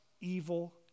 evil